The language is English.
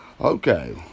Okay